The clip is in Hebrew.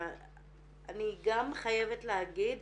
ואני גם חייבת להגיד